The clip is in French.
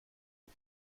cou